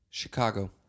chicago